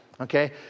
okay